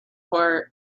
far